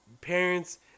parents